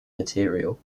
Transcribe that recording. material